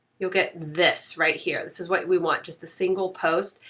you'll get this right here, this is what we want just the single post.